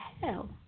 hell